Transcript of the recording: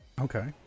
Okay